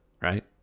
right